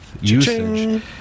usage